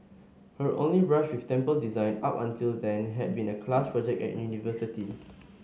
her only brush with temple design up until then had been a class project at university